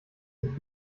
mit